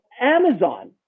Amazon